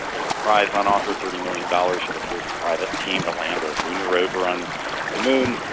there's a prize on offer, thirty million dollars for the first private team to land a lunar rover on the moon.